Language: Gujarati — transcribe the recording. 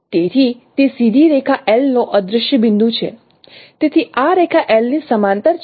તેથી તે સીધી રેખા L નો અદ્રશ્ય બિંદુ છે તેથી આ રેખા L ની સમાંતર છે